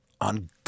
on